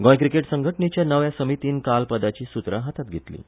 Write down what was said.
Goa cricket संघटणेच्या नवे समितीन काल पदाची सुत्रां हातांत घेतलीं